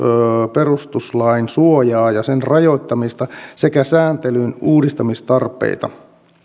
perustuslain suojaa ja sen rajoittamista sekä sääntelyn uudistamistarpeita